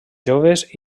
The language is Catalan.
joves